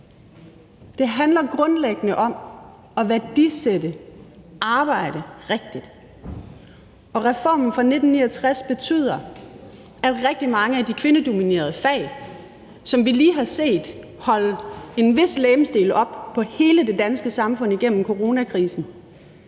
Det handler grundlæggende om at værdisætte arbejde rigtigt, og reformen fra 1969 betyder, at rigtig mange af de kvindedominerede fag, som vi lige har set holde en vis legemsdel oppe på hele det danske samfund igennem coronakrisen,